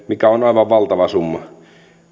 mikä on aivan valtava summa